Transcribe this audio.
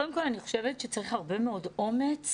קודם כל אני חושבת שצריך הרבה מאוד אומץ